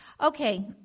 Okay